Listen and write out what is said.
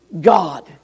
God